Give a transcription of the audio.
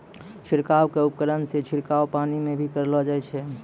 छिड़काव क उपकरण सें छिड़काव पानी म भी करलो जाय छै